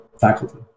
faculty